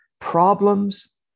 problems